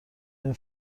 این